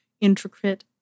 intricate